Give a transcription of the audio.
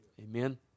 Amen